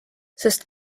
sest